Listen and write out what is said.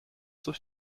durch